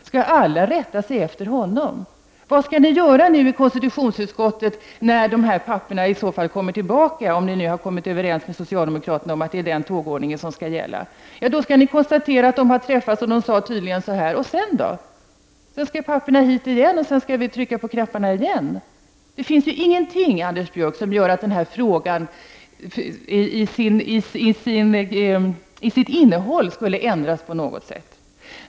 Skall alla rätta sig efter honom? Vad skall ni göra i konstitutionsutskottet när dessa papper kommer tillbaka, om ni nu har kommit överens med socialdemokraterna om att det är den tågordningen som skall gälla? Ni kan då konstatera att parterna har träffats och vad de sade. Men vad skall ni sedan göra? Sedan skall papprena tillbaka till kammaren, och vi skall på nytt trycka på voteringsknapparna. Det finns ingenting, Anders Björck, som gör att den här frågan till sitt innehåll skulle ändras på något sätt.